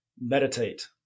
Meditate